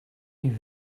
you